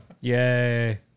Yay